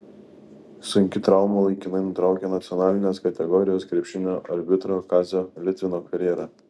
sunki trauma laikinai nutraukė nacionalinės kategorijos krepšinio arbitro kazio litvino karjerą